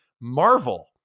Marvel